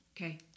Okay